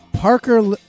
Parker